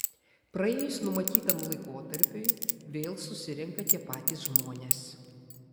praėjus numatytam laikotarpiui vėl susirenka tie patys žmonės